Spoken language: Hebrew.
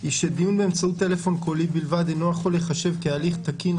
היא שדיון באמצעות טלפון קולי בלבד אינו יכול להיחשב כהליך תקין,